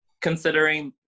considering